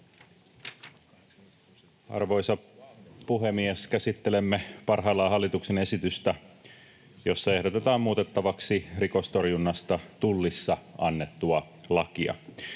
Arvoisa puhemies! Käsittelemme parhaillaan hallituksen esitystä, jossa ehdotetaan muutettavaksi rikostorjunnasta Tullissa annettua lakia.